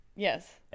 Yes